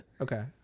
Okay